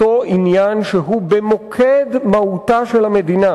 עניין שהוא במוקד מהותה של המדינה,